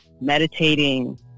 meditating